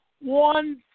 One